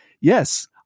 yes